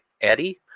Eddie